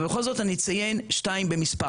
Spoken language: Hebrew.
אבל בכל זאת אני אציין שתיים במספר.